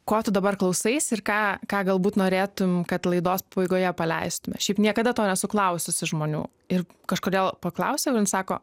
ko tu dabar klausaisi ir ką ką galbūt norėtum kad laidos pabaigoje paleistume šiaip niekada to nesu klaususi žmonių ir kažkodėl paklausiau ir jin sako